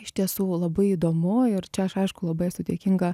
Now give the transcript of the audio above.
iš tiesų labai įdomu ir čia aš aišku labai esu dėkinga